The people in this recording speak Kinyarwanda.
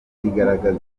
yigaragaza